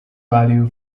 value